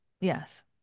Yes